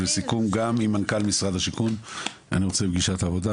גם עם מנכ"ל משרד השיכון אני רוצה פגישת עבודה,